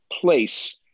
place